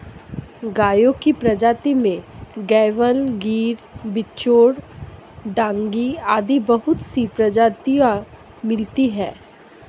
गायों की प्रजाति में गयवाल, गिर, बिच्चौर, डांगी आदि बहुत सी प्रजातियां मिलती है